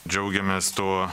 džiaugiamės tuo